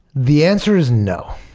the answer is no,